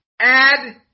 Add